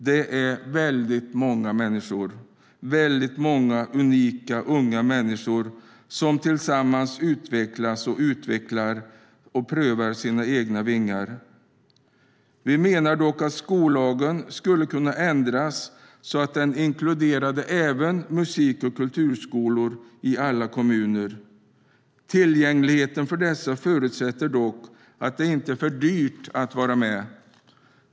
Det är väldigt många unika unga människor som utvecklas tillsammans och prövar sina egna vingar. Vi menar dock att skollagen borde ändras så att den även inkluderar kultur och musikskolor i alla kommuner. Tillgängligheten till dessa förutsätter dock att det inte är för dyrt att vara med.